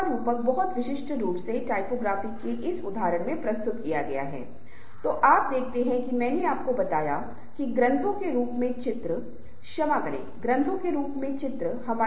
एक समूह एक कारण या कारण के लिए एक इकाई बनाने वाले व्यक्तियों की एक संख्या है और टीम एक सामान्य लक्ष्य के लिए एक साथ आने वाले निपुण लोगों का एक संग्रह है जिसे पूरा करने की आवश्यकता है